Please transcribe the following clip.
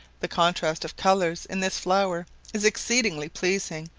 the contrast of colours in this flower is exceedingly pleasing,